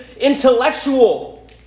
intellectual